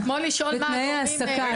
זה כמו לשאול מה הגורמים --- סליחה,